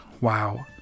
Wow